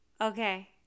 Okay